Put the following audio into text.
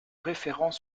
référent